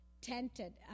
tented